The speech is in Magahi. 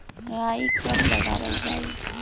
राई कब लगावल जाई?